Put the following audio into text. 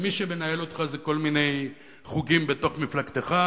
ומי שמנהל אותך זה כל מיני חוגים בתוך מפלגתך,